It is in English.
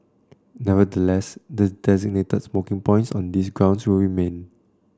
nevertheless the designated smoking points on these grounds will remain